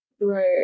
Right